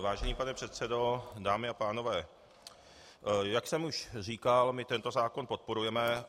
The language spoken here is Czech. Vážený pane předsedo, dámy a pánové, jak jsem už říkal, tento zákon podporujeme.